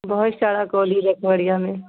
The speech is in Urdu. بہت سارا کالج ہے کھگڑیا میں